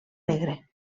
negre